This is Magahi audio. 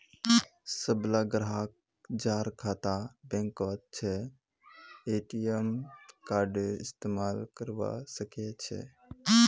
सबला ग्राहक जहार खाता बैंकत छ ए.टी.एम कार्डेर इस्तमाल करवा सके छे